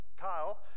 Kyle